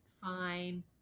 fine